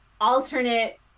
alternate